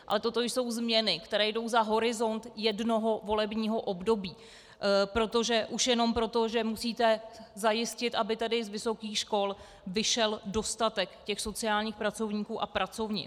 Ale toto jsou změny, které jdou za horizont jednoho volebního období už jenom proto, že musíte zajistit, aby z vysokých škol vyšel dostatek těch sociálních pracovníků a pracovnic.